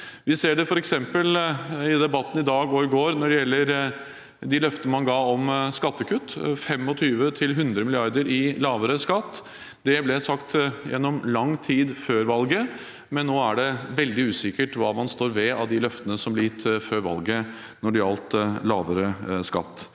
Vi ser det f.eks. i debatten i går og i dag når det gjelder de løftene man ga om skattekutt: 25–100 mrd. kr i lavere skatt. Dette ble sagt i lang tid før valget, men nå er det veldig usikkert hva man står ved av de løftene som ble gitt før valget når det gjelder lavere skatt.